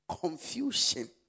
confusion